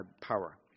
power